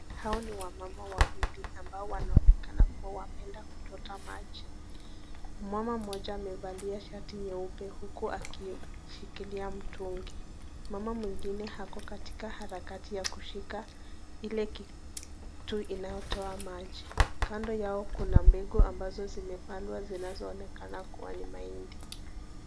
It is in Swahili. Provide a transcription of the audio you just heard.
Hao ni wamama wawili ambao wanaonekana kuwa wameenda kuchota maji. Mama mmoja amevalia shati nyeupe huku akishikilia mtungi. Mama mwingine ako katika harakati ya kushika ile kitu inayotoa maji. Kando yao kuna mbegu ambazo zimepandwa zinazoonekana kuwa ni mahindi.